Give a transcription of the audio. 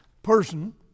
person